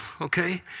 Okay